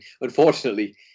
Unfortunately